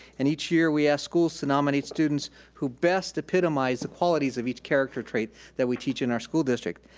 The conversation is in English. and each year we ask schools to nominate students who best epitomize the qualities of each character trait that we teach in our school district.